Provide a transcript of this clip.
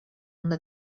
una